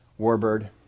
warbird